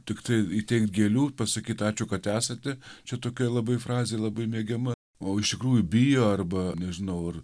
tiktai įteikti gėlių pasakyt ačiū kad esate čia tokia labai frazė labai mėgiama o iš tikrųjų bijo arba nežinau ar